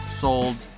sold